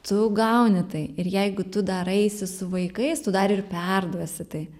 tu gauni tai ir jeigu tu dar eisi su vaikais tu dar ir perduosi tai